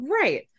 Right